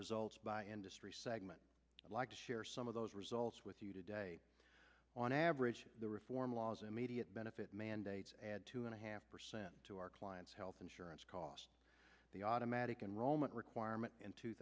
results by industry segment i'd like to share some of those results with you today on average the reform laws immediate benefit mandates add two and a half percent to our clients health insurance cost the automatic enrollment requirement in two